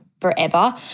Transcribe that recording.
forever